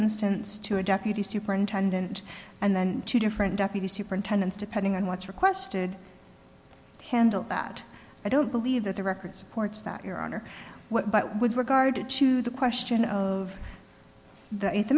instance to a deputy superintendent and then two different deputy superintendents depending on what's requested to handle that i don't believe that the record supports that you're on or what but with regard to chew the question of the eighth